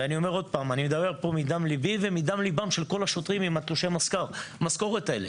ואני מדבר פה מדם לבי ומדם לבם של כל השוטרים עם תלושי המשכורת האלה.